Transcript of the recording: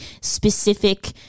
specific